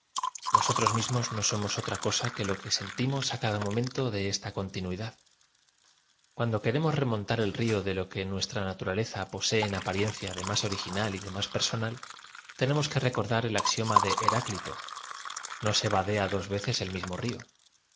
nosotros mismos no somos otra cosa que lo que sentimos á cada momento de esta continuidad caan do queremos rem ontar el rio de lo que nuestra natu raleza posee en apariencia de más original y de más personal tenemos que recordar ei axiom a de h erá cli to no se vadea dos veces el mismo rio ea